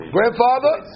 Grandfather